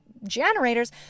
generators